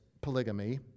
polygamy